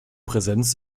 präsenz